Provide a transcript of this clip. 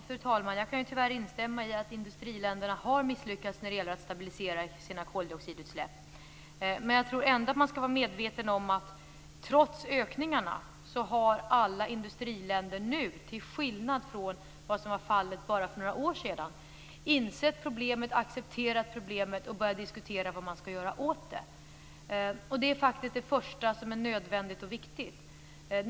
Fru talman! Jag kan tyvärr instämma i att industriländerna har misslyckats när det gäller att stabilisera sina koldioxidutsläpp. Men man skall ändå vara medveten om att trots ökningarna har alla industriländer nu, till skillnad från vad som var fallet bara för några år sedan, insett problemet, accepterat problemet och börjat diskutera vad man skall göra åt det. Det är faktiskt det första som är nödvändigt och viktigt.